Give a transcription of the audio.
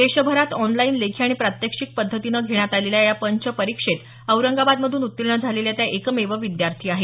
देशभरात ऑनलाइन लेखी आणि प्रात्यक्षिक पद्धतीनं घेण्यात आलेल्या या पंच परीक्षेत औरंगाबादमधून उत्तीर्ण झालेल्या त्या एकमेव विद्यार्थी आहेत